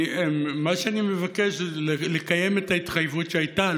מה שאני מבקש זה לקיים את ההתחייבות שהייתה,